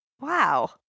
Wow